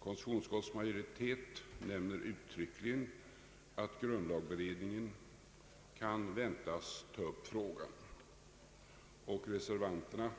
Konstitutionsutskottets majoritet nämner uttryckligen att grundlagberedningen kan väntas ta upp frågan, och reservanterna